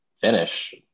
finish